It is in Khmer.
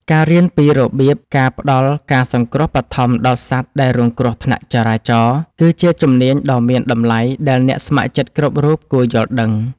ការរៀនពីរបៀបការផ្ដល់ការសង្គ្រោះបឋមដល់សត្វដែលរងគ្រោះថ្នាក់ចរាចរណ៍ គឺជាជំនាញដ៏មានតម្លៃដែលអ្នកស្ម័គ្រចិត្តគ្រប់រូបគួរយល់ដឹង។